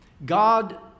God